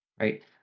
right